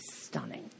stunning